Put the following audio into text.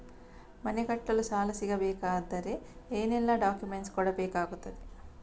ಮನೆ ಕಟ್ಟಲು ಸಾಲ ಸಿಗಬೇಕಾದರೆ ಏನೆಲ್ಲಾ ಡಾಕ್ಯುಮೆಂಟ್ಸ್ ಕೊಡಬೇಕಾಗುತ್ತದೆ?